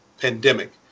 pandemic